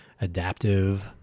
adaptive